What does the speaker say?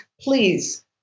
Please